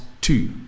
two